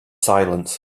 silence